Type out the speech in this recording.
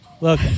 Look